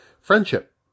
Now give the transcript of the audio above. Friendship